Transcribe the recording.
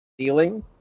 ceiling